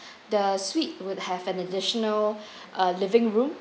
the suite would have an additional err living room